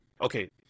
okay